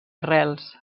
arrels